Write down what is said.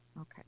okay